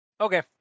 Okay